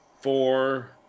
four